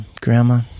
Grandma